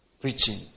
preaching